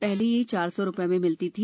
पहले यह चार सौ रुपये में मिलती थी